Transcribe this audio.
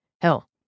Hell